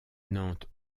nantes